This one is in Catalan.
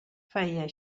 feia